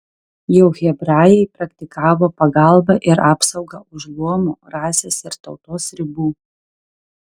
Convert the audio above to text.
jau hebrajai praktikavo pagalbą ir apsaugą už luomo rasės ir tautos ribų